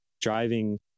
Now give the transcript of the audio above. driving